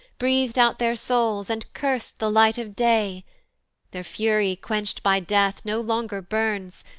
breath'd out their souls, and curs'd the light of day their fury, quench'd by death, no longer burns,